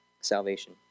salvation